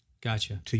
Gotcha